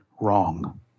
wrong